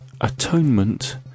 Atonement